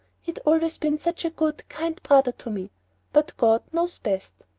he'd always been such a good, kind brother to me but god knows best.